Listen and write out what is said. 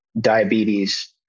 diabetes